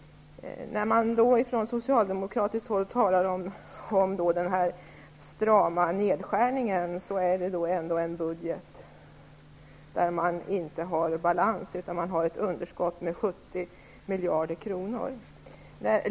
När man från socialdemokratiskt håll talar om en stram nedskärning är det ändå fråga om en budget som inte är i balans utan har ett underskott med 70 miljarder.